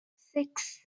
six